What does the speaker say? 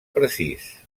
precís